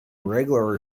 regular